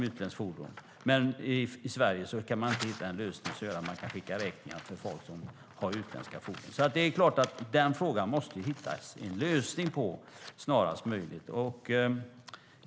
I Sverige går det inte att hitta en lösning för att skicka räkningar till ägare av utländska fordon. Den frågan måste få en lösning snarast möjligt.